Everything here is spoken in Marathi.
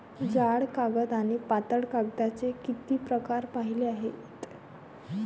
जाड कागद आणि पातळ कागदाचे किती प्रकार पाहिले आहेत?